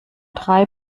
drei